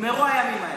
נגמרו הימים האלה.